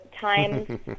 times